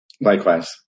Likewise